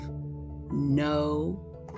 no